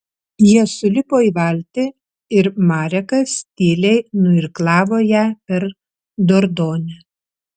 jie sulipo į valtį ir marekas tyliai nuirklavo ją per dordonę